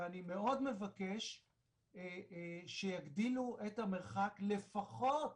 אני מאוד מבקש שיגדילו את המרחק, לפחות,